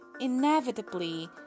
inevitably